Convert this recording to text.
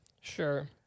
Sure